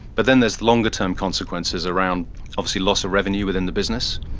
but then there's longer term consequences around obviously lots of revenue within the business.